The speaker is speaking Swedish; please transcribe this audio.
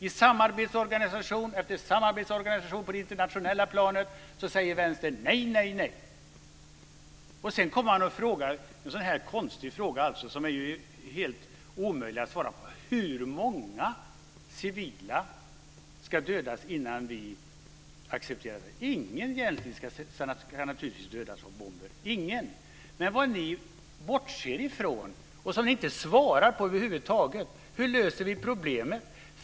I samarbetsorganisation efter samarbetsorganisation på det internationella planet säger Sedan kommer man och ställer en sådan här konstig fråga, som är helt omöjlig att svara på. Hur många civila ska dödas innan vi accepterar detta? Ingen ska naturligtvis dödas av bomber - ingen. Ni bortser ifrån en sak och ni svarar över huvud taget inte på frågan om hur vi löser problemet.